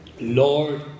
Lord